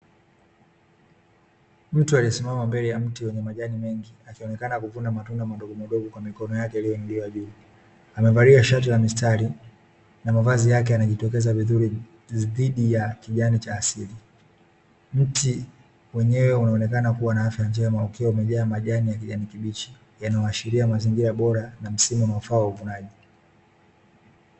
Mtu aliyesimama mbele ya mti wenye majani mengi, akionekana kuvuna matunda madogomadogo kwa mikono yake iliyoinuliwa juu. Amevalia shati la mistari na mavazi yake yanajitokeza vizuri, dhidi ya kijani cha asili. Mti wenyewe unaonekana kuwa na afya njema, ukiwa umejaa majani ya kijani kibichi, yanayoashiria mazingira bora na msimu unaofaa wa uvunaji.